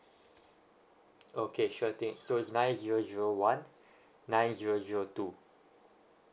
okay sure thing so it's nine zero zero one nine zero zero two